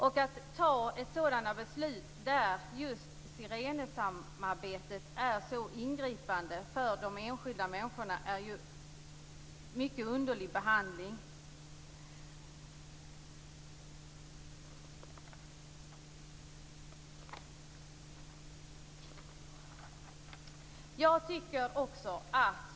Att fatta sådana beslut där just Sirenesamarbetet är så ingripande för de enskilda människorna är mycket underligt. Fru talman!